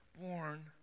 born